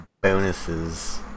bonuses